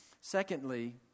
Secondly